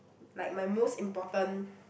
like my most important